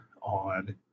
on